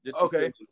Okay